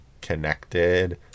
connected